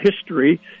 history